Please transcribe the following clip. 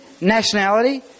nationality